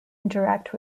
interact